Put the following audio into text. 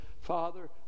Father